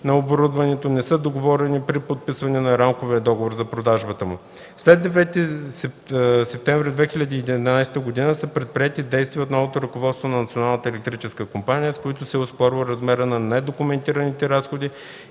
на оборудването не са договорени при подписване на Рамковия договор за продажбата му. След 9 септември 2011 г. са предприети действия от новото ръководство на Националната електрическа компания, с които се оспорва размерът на недокументираните разходи